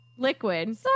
Liquid